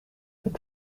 been